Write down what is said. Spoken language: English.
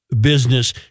business